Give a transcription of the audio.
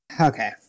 Okay